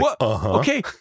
okay